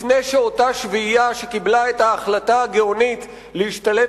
לפני שאותה שביעייה שקיבלה את ההחלטה הגאונית להשתלט